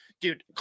dude